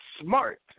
smart